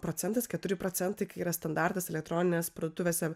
procentas keturi procentai kai yra standartas elektroninės parduotuvėse